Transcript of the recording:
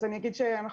אני אומר שאנחנו